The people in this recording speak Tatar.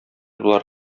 болар